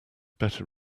better